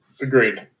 Agreed